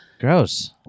Gross